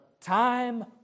Time